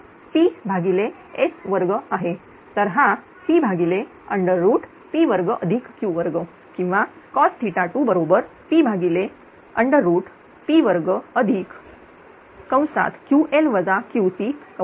तर हा PP2Q2 किंवा cos2 P P22